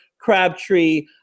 Crabtree